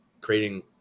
creating